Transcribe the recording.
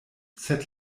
sed